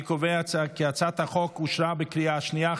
אני קובע כי הצעת החוק אושרה בקריאה השנייה.